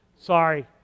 sorry